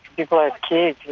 people are kicked,